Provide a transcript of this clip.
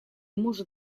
может